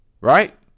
Right